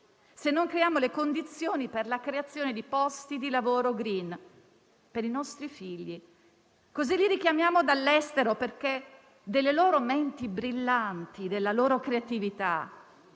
se non creiamo le condizioni per la creazione di posti di lavoro *green* per i nostri figli. In questo modo li richiamiamo dall'estero, perché delle loro menti brillanti, della loro creatività,